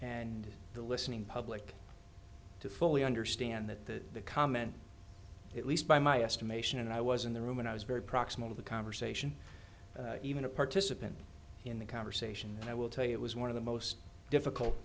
and the listening public to fully understand that the comment at least by my estimation and i was in the room and i was very proximate of the conversation even a participant in the conversation and i will tell you it was one of the most difficult